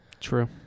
True